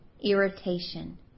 irritation